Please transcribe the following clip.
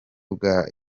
bwa